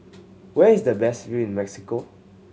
where is the best view in Mexico